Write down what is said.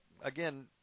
again